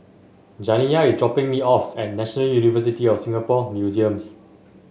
Janiya is dropping me off at National University of Singapore Museums